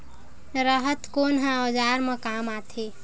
राहत कोन ह औजार मा काम आथे?